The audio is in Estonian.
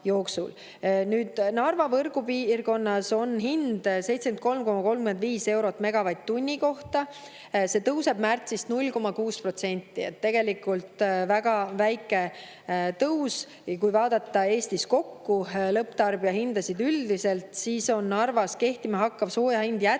Nüüd, Narva võrgupiirkonnas on hind 73,35 eurot megavatt-tunni kohta. See tõuseb märtsist 0,6%. [See on] tegelikult väga väike tõus. Ja kui vaadata Eestis lõpptarbijahindasid üldiselt, siis on Narvas kehtima hakkav sooja hind jätkuvalt